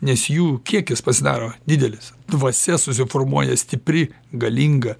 nes jų kiekis pasidaro didelis dvasia susiformuoja stipri galinga